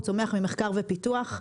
הוא צומח ממחקר ופיתוח.